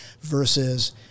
Versus